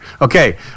Okay